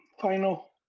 final